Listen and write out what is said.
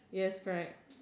yes correct